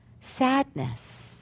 sadness